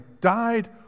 died